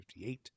1958